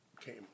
came